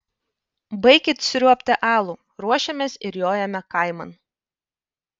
baikit sriuobti alų ruošiamės ir jojame kaiman